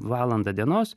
valandą dienos